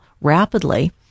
rapidly